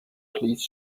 please